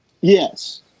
Yes